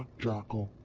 jackal.